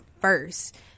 first